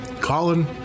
Colin